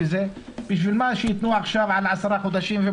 בשביל מה שיתנו עכשיו על עשרה חודשים.